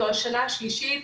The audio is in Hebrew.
זו השנה השלישית,